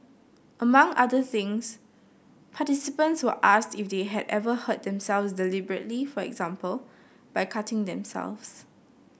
among other things participants were asked if they had ever hurt themselves deliberately for example by cutting themselves